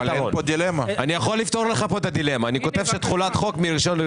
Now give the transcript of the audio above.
אני כותב שתחולת החוק מה-1 בינואר